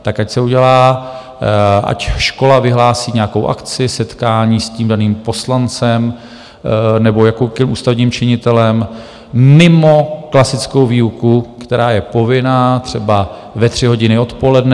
Tak ať škola vyhlásí nějakou akci, setkání s tím daným poslancem nebo jakýmkoliv ústavním činitelem, mimo klasickou výuku, která je povinná, třeba ve tři hodiny odpoledne.